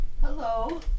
Hello